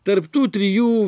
tarp tų trijų